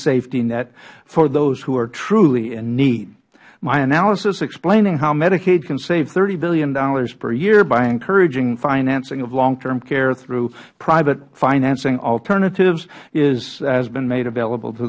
safety net for those who are truly in need my analysis explaining how medicaid can save thirty dollars billon per year by encouraging financing of long term care through private financing alternatives has been made available to